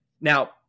Now